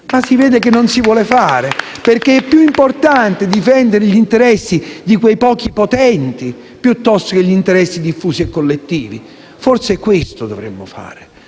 vede però che non si vuole fare, perché è più importante difendere gli interessi di quei pochi potenti piuttosto che gli interessi diffusi e collettivi. Forse questo dovremmo fare.